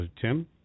Tim